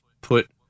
put